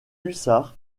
hussards